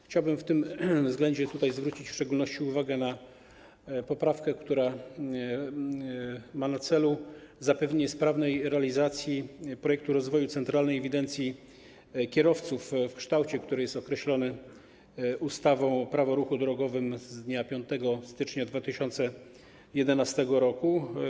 Chciałbym w tym względzie zwrócić w szczególności uwagę na poprawkę, która ma na celu zapewnienie sprawnej realizacji projektu rozwoju centralnej ewidencji kierowców w kształcie, który jest określony ustawą Prawo o ruchu drogowym z dnia 5 stycznia 2011 r.